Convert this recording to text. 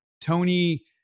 Tony